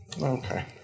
Okay